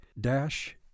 Dash